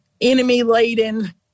enemy-laden